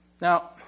Now